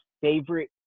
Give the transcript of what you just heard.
favorite